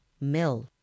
mill